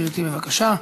גברתי, בבקשה.